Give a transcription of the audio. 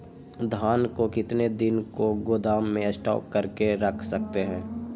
धान को कितने दिन को गोदाम में स्टॉक करके रख सकते हैँ?